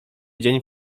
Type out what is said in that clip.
dzień